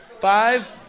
Five